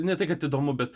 ne tai kad įdomu bet